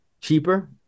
cheaper